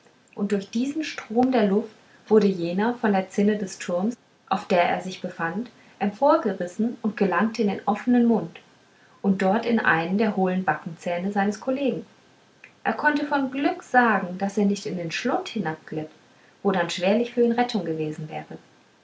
und durch diesen strom der luft wurde jener von der zinne des turmes auf der er sich befand emporgerissen und gelangte in den offnen mund und dort in einen der hohlen backenzähne seines kollegen er konnte von glück sagen daß er nicht in den schlund hinabglitt wo dann schwerlich für ihn rettung gewesen wäre